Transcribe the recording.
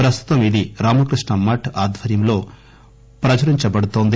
ప్రస్తుతం ఇది రామకృష్ణమఠ్ ఆధ్వర్యంలో ప్రచురించబడుతోంది